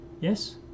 yes